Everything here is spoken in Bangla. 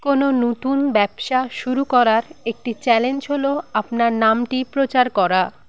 কোনও নতুন ব্যবসা শুরু করার একটি চ্যালেঞ্জ হল আপনার নামটি প্রচার করা